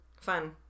Fun